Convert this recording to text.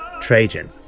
Trajan